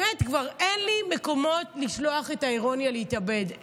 באמת כבר אין לי מקומות לשלוח אליהם את האירוניה להתאבד,